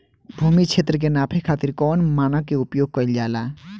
भूमि क्षेत्र के नापे खातिर कौन मानक के उपयोग कइल जाला?